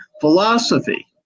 philosophy